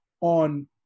on